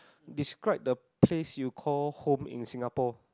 describe the place you called home in Singapore